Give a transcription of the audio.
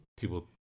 people